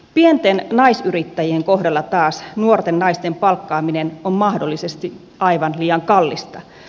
pienten naisyrittäjien kohdalla taas nuorten naisten palkkaaminen on mahdollisesti aivan liian kallista